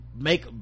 make